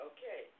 Okay